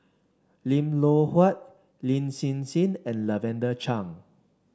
Lim Loh Huat Lin Hsin Hsin and Lavender Chang